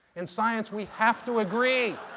in science we have to agree